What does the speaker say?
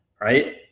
right